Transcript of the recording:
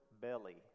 belly